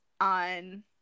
on